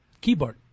keyboard